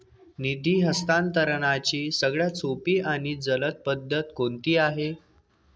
निधी हस्तांतरणाची सगळ्यात सोपी आणि जलद पद्धत कोणती आहे?